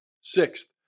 Sixth